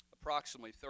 approximately